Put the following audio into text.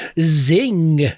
Zing